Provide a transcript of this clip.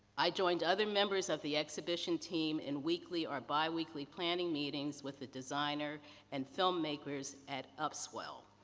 i joined other members of the exhibition team in weekly or biweekly planning meetings with the designer and filmmakers at upswell.